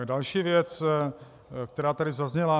Další věc, která tady zazněla.